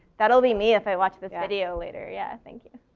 that'll be me if i watch this video later. yeah, thank you.